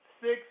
six